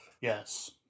Yes